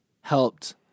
helped